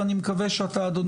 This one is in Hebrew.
ואני מקווה שאתה אדוני,